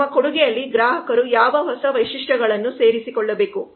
ನಮ್ಮ ಕೊಡುಗೆಯಲ್ಲಿ ಗ್ರಾಹಕರು ಯಾವ ಹೊಸ ವೈಶಿಷ್ಟ್ಯಗಳನ್ನು ಸೇರಿಸಿಕೊಳ್ಳಬೇಕು